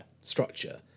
structure